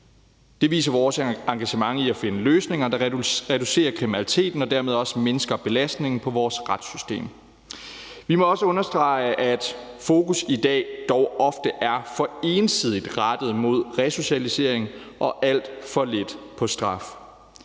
Det viser vores engagement i at finde løsninger, der reducerer kriminaliteten og dermed også mindsker belastningen på vores retssystem. Vi må også understrege, at fokus i dag dog ofte er for ensidigt rettet mod resocialisering og alt for lidt mod straf.